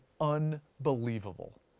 unbelievable